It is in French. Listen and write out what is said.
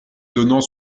donnant